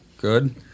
Good